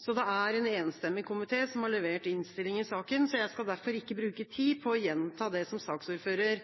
så det er en enstemmig komité som har levert innstilling i saken. Jeg skal derfor ikke bruke tid på å gjenta det som saksordføreren